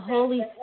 Holy